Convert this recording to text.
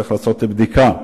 צריך לעשות בדיקה מדוע.